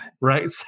Right